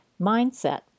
mindset